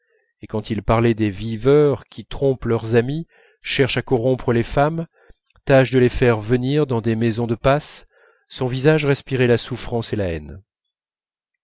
et quand il parlait des viveurs qui trompent leurs amis cherchent à corrompre les femmes tâchent de les faire venir dans des maisons de passe son visage respirait la souffrance et la haine